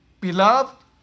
Beloved